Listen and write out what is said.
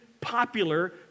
popular